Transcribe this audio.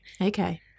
Okay